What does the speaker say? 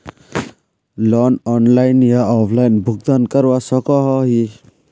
Loan online या offline भुगतान करवा सकोहो ही?